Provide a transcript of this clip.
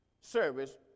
service